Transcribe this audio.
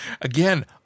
again